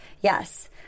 Yes